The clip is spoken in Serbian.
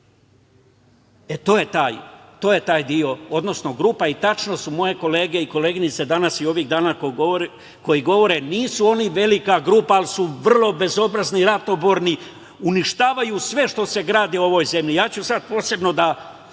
To je ta grupa i u pravu su moje kolege i koleginice danas i ovih dana koji govore, nisu oni velika grupa, ali su vrlo bezobrazni i ratoborni. Uništavaju sve što se gradi u ovoj zemlji. Ja ću sada posebno da